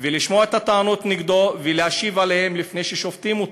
ולשמוע את הטענות נגדו ולהשיב עליהן לפני ששופטים אותו.